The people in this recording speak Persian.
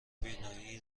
بینایی